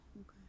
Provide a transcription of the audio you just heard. okay